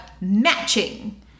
matching